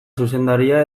zuzendaria